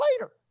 later